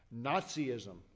Nazism